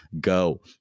go